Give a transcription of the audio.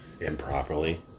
improperly